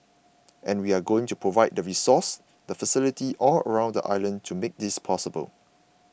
and we are going to provide the resources the facility all around the island to make this possible